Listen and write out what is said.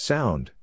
Sound